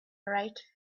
write